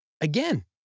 Again